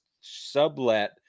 sublet